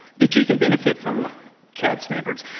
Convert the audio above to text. that you can benefit from cad standards.